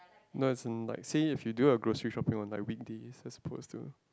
no as in like say if you do grocery shopping on the weekdays as oppose to